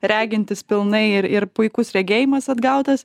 regintis pilnai ir ir puikus regėjimas atgautas